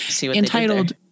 entitled